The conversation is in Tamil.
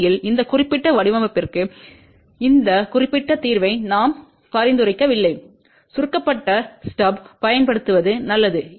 உண்மையில் இந்த குறிப்பிட்ட வடிவமைப்பிற்கு இந்த குறிப்பிட்ட தீர்வை நான் பரிந்துரைக்கவில்லை சுருக்கப்பட்ட ஸ்டப் பயன்படுத்துவது நல்லது